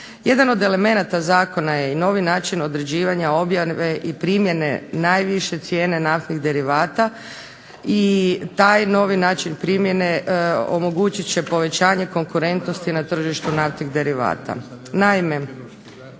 Jedan od elemenata zakona je i novi način određivanja objave i primjene najviše cijene naftnih derivata i taj novi način primjene omogućit će povećanje konkurentnosti na tržištu naftnih derivata.